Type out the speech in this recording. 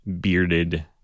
bearded